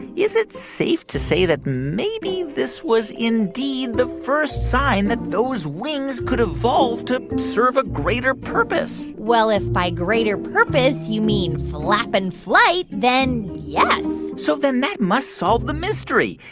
is it safe to say that maybe this was indeed the first sign that those wings could evolve to serve a greater purpose? well, if by greater purpose, you mean flap and flight, then yes so then that must solve the mystery.